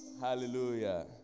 Hallelujah